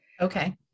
okay